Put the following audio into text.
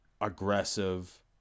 aggressive